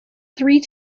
three